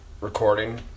recording